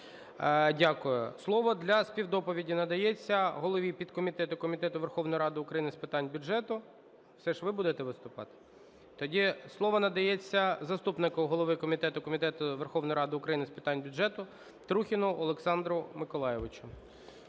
Дякую. Слово для співдоповіді надається голові підкомітету Комітету Верховної Ради України з питань бюджету. Все ж, ви будете виступати? Тоді слово надається заступнику голови комітету Комітету Верховної Ради України з питань бюджету Трухіну Олександру Миколайовичу.